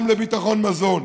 גם לביטחון מזון,